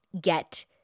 get